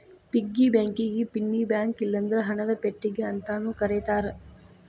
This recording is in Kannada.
ಪಿಗ್ಗಿ ಬ್ಯಾಂಕಿಗಿ ಪಿನ್ನಿ ಬ್ಯಾಂಕ ಇಲ್ಲಂದ್ರ ಹಣದ ಪೆಟ್ಟಿಗಿ ಅಂತಾನೂ ಕರೇತಾರ